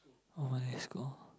oh let's go